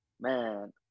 Man